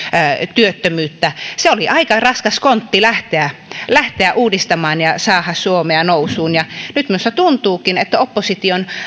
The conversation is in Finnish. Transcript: työttömyyttä se oli aika raskas kontti lähteä lähteä uudistamaan ja saada suomea nousuun nyt minusta tuntuukin että opposition